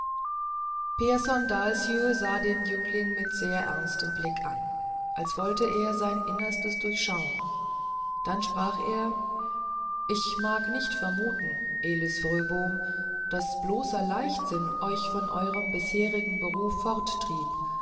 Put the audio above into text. pehrson dahlsjö sah den jüngling mit sehr ernstem blick an als wollte er sein innerstes durchschauen dann sprach er ich mag nicht vermuten elis fröbom daß bloßer leichtsinn euch von euerem bisherigen beruf